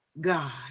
god